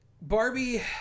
Barbie